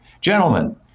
gentlemen